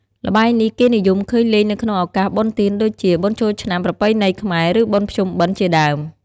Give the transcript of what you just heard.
ល្បែងនេះ គេនិយមឃើញលេងនៅក្នុងឱកាសបុណ្យទានដូចជា បុណ្យចូលឆ្នាំប្រពៃណីខ្មែរ ឬបុណ្យភ្ជុំបិណ្ឌ ជាដើម។